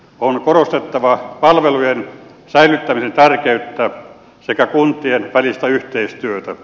on korostettava palvelujen säilyttämisen tärkeyttä sekä kuntien välistä yhteistyötä